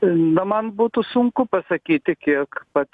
na man būtų sunku pasakyti kiek pats